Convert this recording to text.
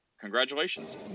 Congratulations